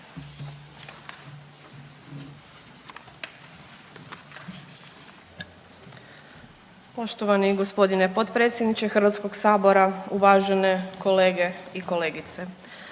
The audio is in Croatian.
Poštovani gospodine potpredsjedniče Hrvatskog sabora, uvažene kolege i kolegice.